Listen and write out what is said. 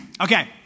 Okay